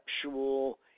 conceptual